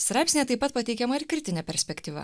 straipsnyje taip pat pateikiama ir kritinė perspektyva